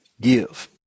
Give